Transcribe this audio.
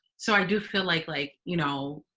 so i do feel like like, you know,